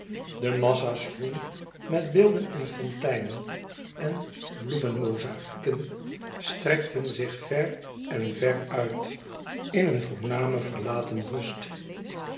de massa's groen met beelden en fonteinen en bloemenmozaïken strekten zich ver en ver uit in een voorname verlaten rust